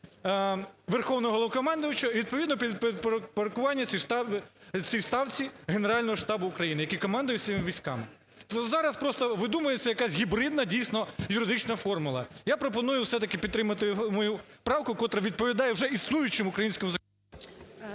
Верховного Головнокомандуючого і відповідно підпорядкування цій ставці Генерального штабу України, який командує всіма військами. Зараз просто видумується якась гібридна, дійсно, юридична формула. Я пропоную все-таки підтримати мою правку, котра відповідає вже існуючому українському… ГОЛОВУЮЧИЙ.